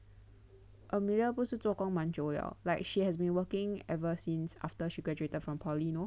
Amelia 不是做工蛮久了 like she has been working ever since after she graduated from poly you know